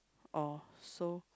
oh so